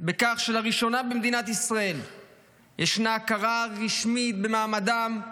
בכך שלראשונה במדינת ישראל יש הכרה רשמית במעמדם,